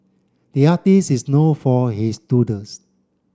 the artists is known for his doodles